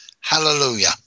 Hallelujah